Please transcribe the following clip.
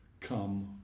come